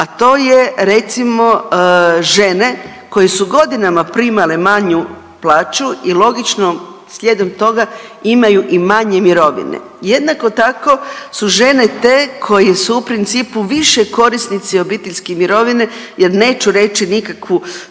a to je recimo žene koje su godinama primale manju plaću i logično slijedom toga imaju i manje mirovine. Jednako tako su žene te koje su u principu više korisnici obiteljske mirovine jer neću reći nikakvu